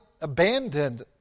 abandoned